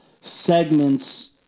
segments